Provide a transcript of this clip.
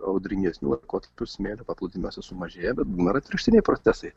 audringesnių kokpitų smėlio paplūdimiuose sumažėja bet būna ir atvirkštiniai procesai